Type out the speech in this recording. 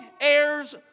heirs